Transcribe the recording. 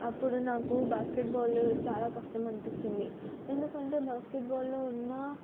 అప్పుడు నాకు బాస్కెట్బాల్ చాలా కష్టం అనిపించింది ఎందుకంటే బాస్కెట్బాల్లో ఉన్న